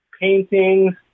paintings